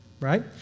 Right